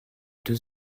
deux